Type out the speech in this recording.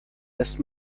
lässt